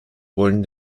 wollen